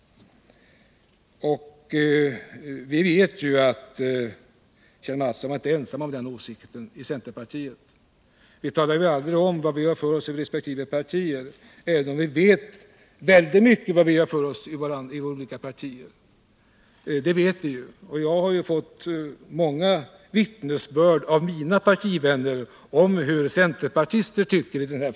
Vi vet också att Kjell Mattsson inte var ensam i centerpartiet om sin åsikt då. Vi talar visserligen aldrig om vad vi har för oss i våra resp. partier, men vi vet ju ändå väldigt mycket om det. Jag har fått många vittnesbörd av mina partivänner om hur centerpartister tycker i den frågan.